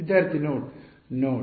ವಿದ್ಯಾರ್ಥಿ ನೋಡ್ ನೋಡ್